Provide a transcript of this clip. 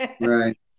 right